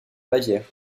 bavière